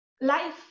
Life